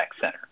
center